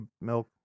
milk